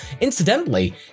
incidentally